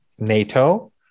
NATO